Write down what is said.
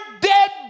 dead